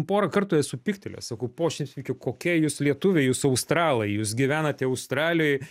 porą kartų esu pyktelėjęs sakau po šimts pypkių kokie jūs lietuviai jūs australai jūs gyvenate australijoj